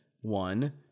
one